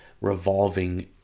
revolving